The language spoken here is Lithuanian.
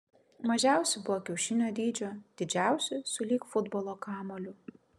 mažiausi buvo kiaušinio dydžio didžiausi sulig futbolo kamuoliu